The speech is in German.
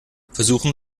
versuchen